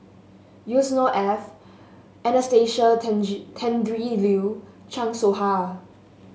Yusnor Ef Anastasia Tjendri Liew Chan Soh Ha